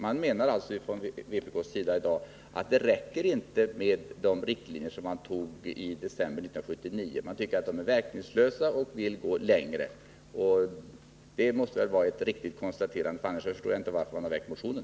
Man menar alltså i dag från vpk:s sida att det inte räcker med de riktlinjer som vi antog i december 1979 utan att de är verkningslösa och att man måste gå längre — det måste väl vara ett riktigt konstaterande, för annars förstår jag inte varför man väckt motionen.